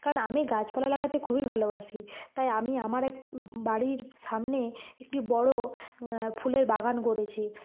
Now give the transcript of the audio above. কারণ আমি গাছপালা লাগাতে খুবই ভালোবাসি তাই আমি আমার এক বাড়ির সামনে একটি বড় ফুলের বাগান গড়েছি